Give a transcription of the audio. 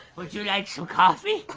like you like some coffee?